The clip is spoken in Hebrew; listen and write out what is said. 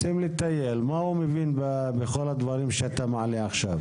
אבל לא מבינים בכל הדברים שאתה מעלה עכשיו.